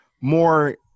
more